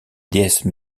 déesse